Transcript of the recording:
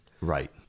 Right